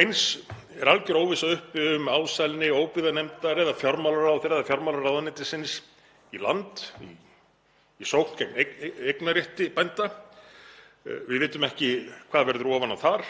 Eins er algjör óvissa uppi um ásælni óbyggðanefndar, fjármálaráðherra eða fjármálaráðuneytisins í land, í sókn gegn eignarrétti bænda. Við vitum ekki hvað verður ofan á þar.